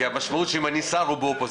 כי המשמעות של אם אני שר הוא באופוזיציה.